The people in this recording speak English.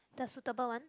the suitable ones